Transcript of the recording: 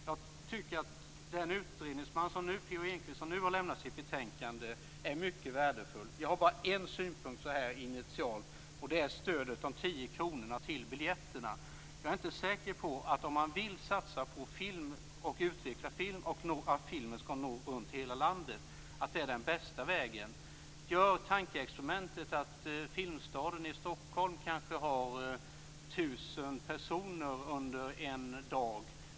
Jag tycker att den utredningsman, P-O Enquist, som nu har lämnat sitt betänkande har gjort ett mycket värdefullt arbete. Jag har bara en synpunkt så här initialt. De gäller det här stödet, de tio kronorna, till biljetterna. Om man vill satsa på film, på att utveckla film och på att filmen skall nå runt hela landet, är jag inte säker på att detta är den bästa vägen. Gör tankeexperimentet att Filmstaden i Stockholm kanske har 1 000 personer under en dag.